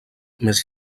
més